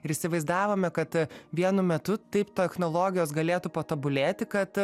ir įsivaizdavome kad vienu metu taip technologijos galėtų patobulėti kad